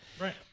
Right